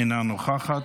אינה נוכחת.